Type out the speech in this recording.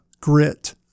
grit